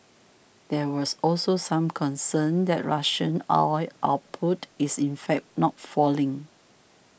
there was also some concern that Russian oil output is in fact not falling